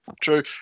true